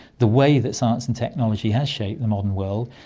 the way that science and technology has shaped the modern world,